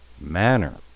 manner